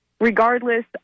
Regardless